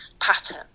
pattern